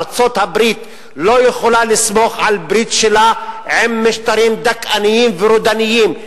ארצות-הברית לא יכולה לסמוך על הברית שלה עם משטרים דכאניים ורודניים.